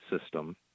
system